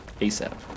ASAP